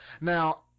Now